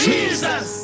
Jesus